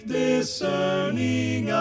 discerning